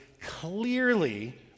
clearly